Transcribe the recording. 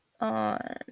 on